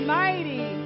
mighty